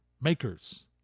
makers